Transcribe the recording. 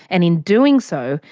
and in doing so,